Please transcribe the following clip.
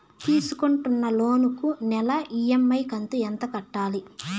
తీసుకుంటున్న లోను కు నెల ఇ.ఎం.ఐ కంతు ఎంత కట్టాలి?